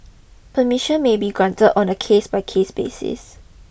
permission may be granted on a case by case basis